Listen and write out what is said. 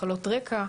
מחלות רקע,